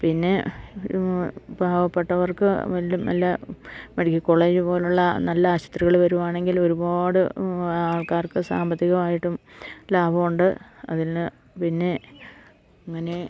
പിന്നെ പാവപ്പെട്ടവർക്ക് വല്ല നല്ല മെഡിക്കൽ കോളേജ് പോലുള്ള നല്ല ആശുപത്രികള് വരുവാണെങ്കിൽ ഒരുപാട് ആൾക്കാർക്ക് സാമ്പത്തികമായിട്ടും ലാഭവുണ്ട് അതിന് പിന്നെ അങ്ങനെ